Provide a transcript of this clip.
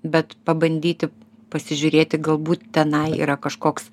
bet pabandyti pasižiūrėti galbūt tenai yra kažkoks